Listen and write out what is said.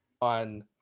on